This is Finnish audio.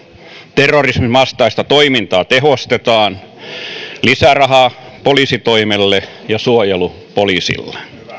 terrorisminvastaista toimintaa tehostetaan ohjataan lisärahaa poliisitoimelle ja suojelupoliisille myös